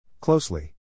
Closely